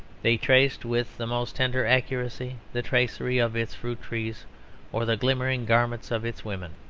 they traced with the most tender accuracy the tracery of its fruit-trees or the glimmering garments of its women